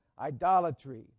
idolatry